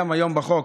היום בחוק,